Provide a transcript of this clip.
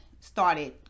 started